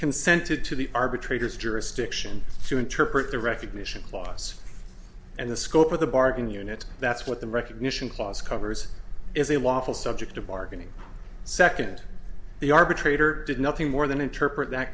consented to the arbitrators jurisdiction to interpret the recognition clause and the scope of the bargain unit that's what the recognition clause covers is a lawful subject of bargaining second the arbitrator did nothing more than interpret that